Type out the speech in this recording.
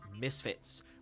misfits